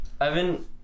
Evan